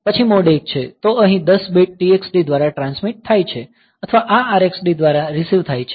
પછી મોડ 1 છે તો અહીં 10 બિટ્સ TxD દ્વારા ટ્રાન્સમિટ થાય છે અથવા આ RxD દ્વારા રીસીવ થાય છે